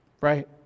right